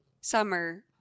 summer